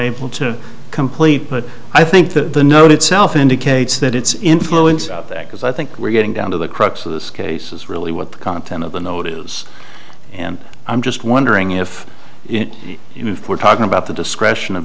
able to complete but i think the note itself indicates that it's influence of that because i think we're getting down to the crux of this case is really what the content of the note is and i'm just wondering if it if we're talking about the discretion of